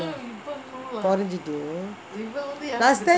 கொறஞ்சிட்டு:koranjittu last time